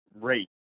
rate